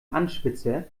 anspitzer